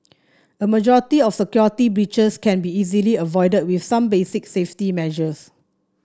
a majority of security breaches can be easily avoided with some basic safety measures